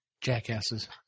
Jackasses